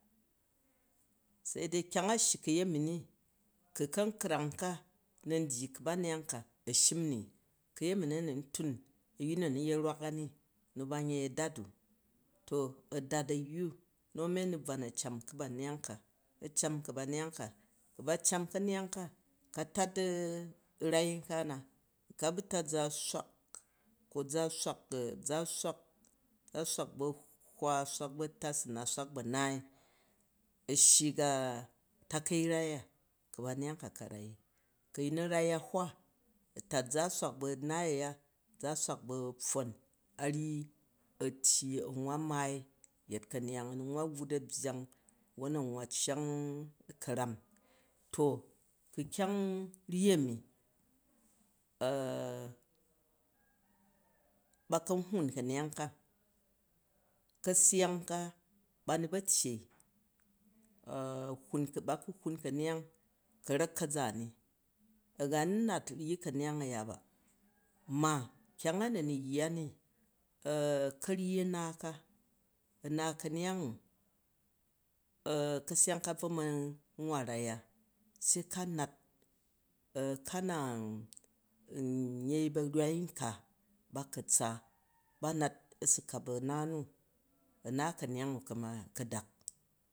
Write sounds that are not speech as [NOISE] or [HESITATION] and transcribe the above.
Sei dei kyomg a shyi ka̱yerni ni ku ka̱nkrang ka na̱n dyyi kaba̱neyang ka a̱ shim ni kayemi na nu ntun a̱yin nu a nu̱ yet rwak a ni, nn ba nyei a̱dat a to a̱dat a̱yyu nu a̱mi a̱nu bvan a̱ cam kabaneyang ka, a cam kubaneyang ko, ku̱ ba cam ka̱neyang ka ka tat, u, rai nka na, ku̱ ka bu tat za swak koza swak, za swak za swak bu̱ a̱hwa, swak bu̱ a̱tat su nat swak ba̱ a̱naai u shyi ga takai rai a kubaneyong ka ka ru i ka ka rai ahwa, ku a̱ fat za swak bu̱ a̱naai aya za swak ba̱ a̱pffon a ryyi a̱ tyyi a̱ nwa maai yet ka̱neyang a nu nwa wuut a̱byang won a nwwa cyang ka̱ram to ku̱ kyang ryi a̱nn [HESITATION] ba kan hwuun ka̱neyang ka kaseyang ka, ba nu ba tyyei [HESITATION] ba ku hwuun ka̱neyang ka̱rak ka̱za̱ ni, aga nu nat ryi ka̱neyang aya ba ma kyang a na nu yya ni, karyyi a̱na ka, a̱na ka̱neyang u, [HESITATION] ka̱seyang ka a̱ bvo man n wna rai a se ka nat, ka na nyei ba̱rywai nka ba ka̱ tsa, ba nat a̱su kap a̱na nu ka̱neyang u̱ ka̱ma ka̱dak